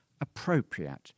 appropriate